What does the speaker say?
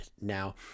Now